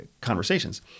conversations